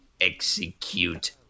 Execute